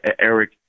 Eric